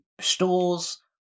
stores